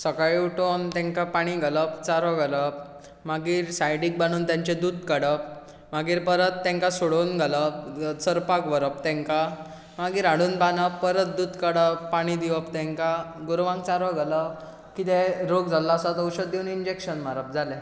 सकाळीं उठोन तेंका पाणी घालप चारो घालप मागीर सायडिक बांदून तेंचे दूध काडप मागीर परत तेंका सोडुन घालप चरपाक व्हरप तेंका मागीर हाडुन बांदप परत दूध काडप पाणी दिवप तेंका गोरवांक चारो घालप कितेंय रोग जाल्लो आसा तें औषध दिवन इन्जेक्शन मारप जालें